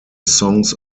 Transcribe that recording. songs